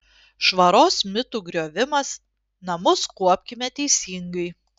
švaros mitų griovimas namus kuopkime teisingai